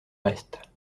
reste